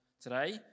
today